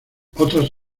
otras